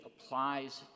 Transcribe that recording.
applies